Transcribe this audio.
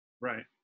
Right